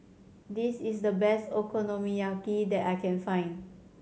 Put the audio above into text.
this is the best Okonomiyaki that I can find